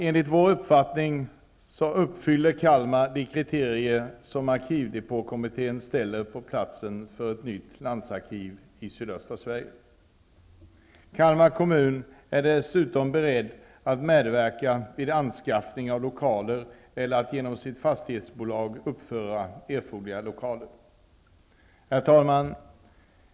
Enligt vår uppfattning uppfyller Kalmar de kriterier som arkivdepåkommittén ställer på platsen för ett nytt landsarkiv i sydöstra Sverige. Kalmar kommun är dessutom beredd att medverka till anskaffning av lokaler eller att genom sitt fastighetsbolag uppföra erforderliga lokaler. Herr talman!